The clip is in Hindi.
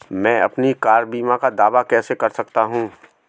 मैं अपनी कार बीमा का दावा कैसे कर सकता हूं?